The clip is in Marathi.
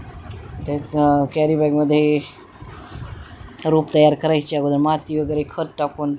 त्या कॅरीबॅगमध्ये रोप तयार करायची अगोदर माती वगैरे खत टाकून ते